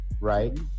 right